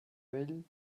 vell